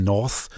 North